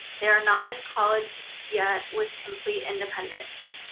they're not in college yet with complete independence.